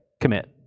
commit